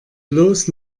bloß